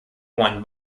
won